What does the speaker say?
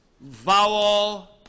vowel